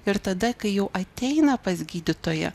ir tada kai jau ateina pas gydytoją